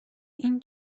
این